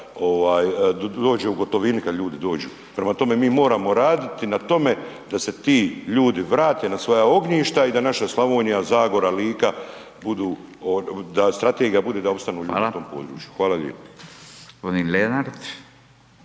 dođe u gotovini kad ljudi dođu, prema tome, mi moramo raditi na tome da se ti ljudi vrate na svoja ognjišta i da naša Slavonija, Zagora, Lika budu, da strategija bude da opstanu na tom području. Hvala lijepa.